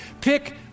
Pick